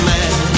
Man